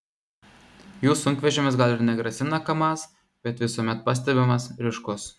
jų sunkvežimis gal ir negrasina kamaz bet visuomet pastebimas ryškus